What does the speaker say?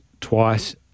twice